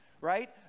right